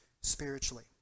spiritually